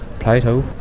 plato.